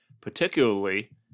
particularly